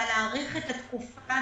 אבל להאריך את התקופה.